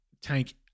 tank